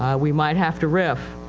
we might have to rif.